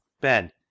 Ben